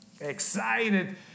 excited